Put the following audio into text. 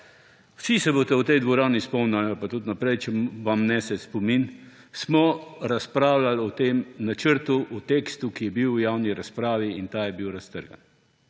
Vsi se boste v tej dvorani spomnili ali pa tudi naprej, če vam nese spomin, smo razpravljali o tem načrtu, o tekstu, ki je bil v javni razpravi. In ta je bil raztrgan.